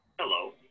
Hello